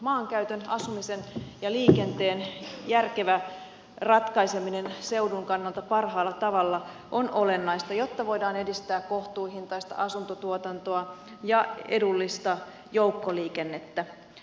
maankäytön asumisen ja liikenteen järkevä ratkaiseminen seudun kannalta parhaalla tavalla on olennaista jotta voidaan edistää kohtuuhintaista asuntotuotantoa ja edullista joukkoliikennettä